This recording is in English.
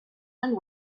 and